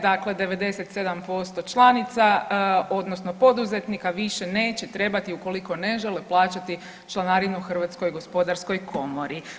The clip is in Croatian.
Dakle 97% članica odnosno poduzetnika više neće trebati ukoliko ne žele plaćati članarinu Hrvatskoj gospodarskoj komori.